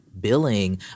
billing